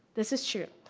this is true.